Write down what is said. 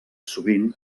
sovint